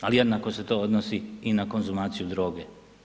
Ali, jednako se to odnosi i na konzumaciju droge.